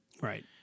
right